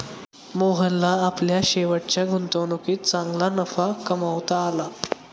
मोहनला आपल्या शेवटच्या गुंतवणुकीत चांगला नफा कमावता आला